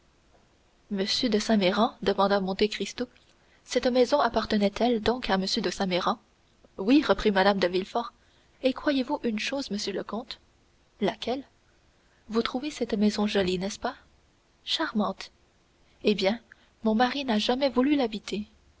de saint méran demanda monte cristo cette maison appartenait elle donc à m de saint méran oui reprit mme de villefort et croyez-vous une chose monsieur le comte laquelle vous trouvez cette maison jolie n'est-ce pas charmante eh bien mon mari n'a jamais voulu l'habiter